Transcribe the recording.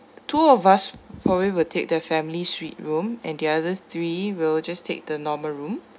two of us for we will take the family suite room and the other three we will just take the normal room